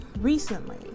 recently